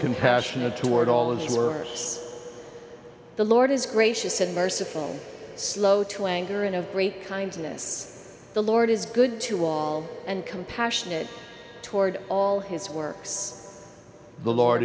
compassionate toward all observers the lord is gracious and merciful slow to anger and of great kindness the lord is good to all and compassionate toward all his works the lord